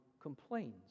complains